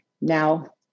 Now